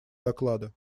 доклада